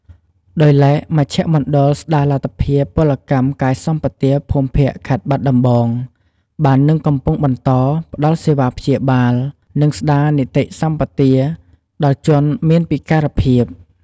ដោយឡែក មជ្ឈមណ្ឌលស្ដារលទ្ធភាពពលកម្មកាយសម្បទាភូមិភាគ ខេត្តបាត់ដំបងបាននឹងកំពុងបន្តផ្ដល់សេវាព្យាបាល និងស្ដារនិតិសម្បទាដល់ជនមានពិការភាព។